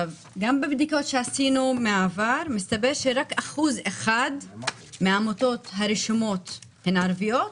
גם בבדיקות שעשינו מהעבר מסתבר שרק 1% מהעמותות הרשומות הן ערביות.